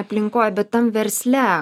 aplinkoj bet tam versle